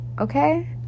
okay